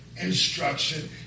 Instruction